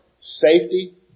safety